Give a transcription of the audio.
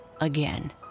again